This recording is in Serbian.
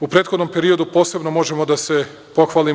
U prethodnom periodu posebno možemo da se pohvalimo